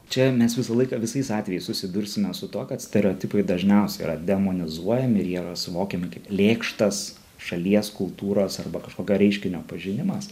čia mes visą laiką visais atvejais susidursime su tuo kad stereotipai dažniausiai yra demonizuojami ir jie yra suvokiami kaip lėkštas šalies kultūros arba kažkokio reiškinio pažinimas